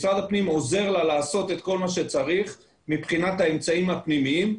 משרד הפנים עוזר לה לעשות את כל מה שצריך מבחינת האמצעים הפנימיים,